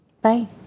bye